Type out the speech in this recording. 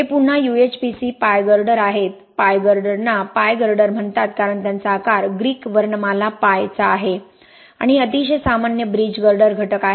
हे पुन्हा UHPC pi girder आहेत पाय गर्डरना पाय गर्डर म्हणतात कारण त्यांचा आकार ग्रीक वर्णमाला पाय चा आहे आणि हे अतिशय सामान्य ब्रिज गर्डर घटक आहेत